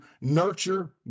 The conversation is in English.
nurture